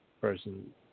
person